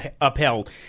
upheld